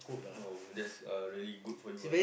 !wow! that's uh really good for you ah